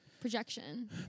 Projection